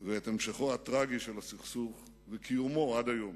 ואת המשכו הטרגי של הסכסוך וקיומו עד היום.